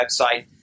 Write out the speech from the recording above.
website